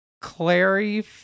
clary